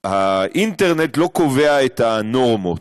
שהאינטרנט לא קובע את הנורמות.